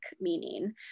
meaning